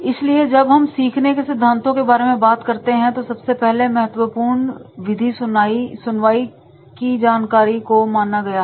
इसलिए जब हम सीखने के सिद्धांतों के बारे में बात करते हैं तो सबसे पहला और महत्वपूर्ण विधि सुनवाई की जानकारी को माना गया है